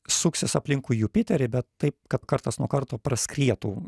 suksis aplinkui jupiterį bet taip kad kartas nuo karto praskrietų